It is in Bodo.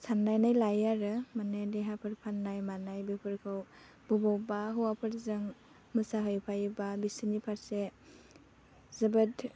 साननानै लायो आरो माने देहाफोर फाननाय मानाय बेफोरखौ बबावबा हौवाफोरजों मोसाहैफायोबा बिसिनि फारसे जोबोद